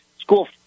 school